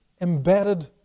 embedded